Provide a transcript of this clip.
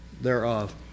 thereof